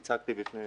הצגתי בפני